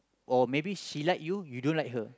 or maybe she like you you don't like her